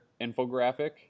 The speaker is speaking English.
infographic